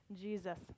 Jesus